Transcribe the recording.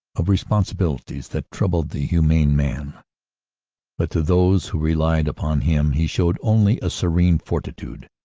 of responsibil ities that troubled the humane man but to those who relied upon him he showed only a serene fortitude,